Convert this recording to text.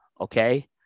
okay